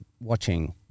watching